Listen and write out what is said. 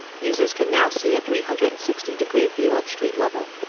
users can now see a three hundred and sixty degree view at street level.